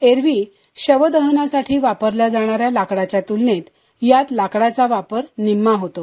एरवी शव दहनासाठी वापरल्या जाणाऱ्या लाकडाच्या तुलनेत यात लाकडाचा वापर निम्मा होतो